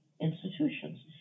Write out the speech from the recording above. institutions